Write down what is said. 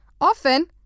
Often